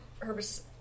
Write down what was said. herbicide